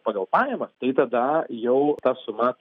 pagal pajamas tai tada jau ta suma